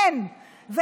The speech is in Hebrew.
אין.